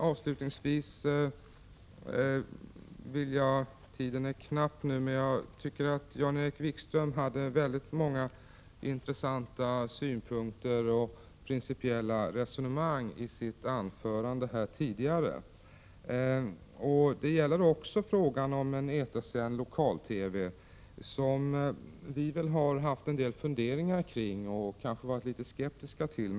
Tiden är knapp, men avslutningsvis vill jag säga att Jan-Erik Wikström hade många intressanta synpunkter och principiella resonemang i sitt anförande tidigare. Det gäller också frågan om en etersänd lokal-TV, som vi väl har haft en del funderingar kring och kanske varit litet skeptiska till.